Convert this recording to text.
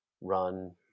run